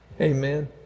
Amen